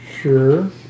Sure